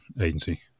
agency